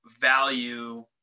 value